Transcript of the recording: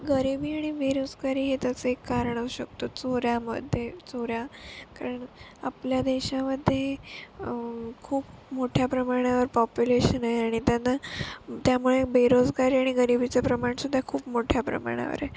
गरिबी आणि बेरोजगारी हे त्याचं एक कारण शकतं चोऱ्यामध्ये चोऱ्या कारण आपल्या देशामध्ये खूप मोठ्या प्रमाणावर पॉप्युलेशन आहे आणि त्यांना त्यामुळे बेरोजगारी आणि गरिबीचं प्रमाणसुद्धा खूप मोठ्या प्रमाणावर आहे